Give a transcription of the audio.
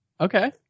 Okay